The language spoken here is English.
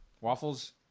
waffles